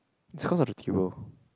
it's cause of the table